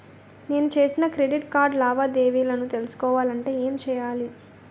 నేను చేసిన credit card లావాదేవీలను తెలుసుకోవాలంటే ఏం చేయాలి?